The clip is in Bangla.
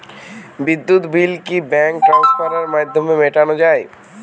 বিদ্যুৎ বিল কি ব্যাঙ্ক ট্রান্সফারের মাধ্যমে মেটানো য়ায়?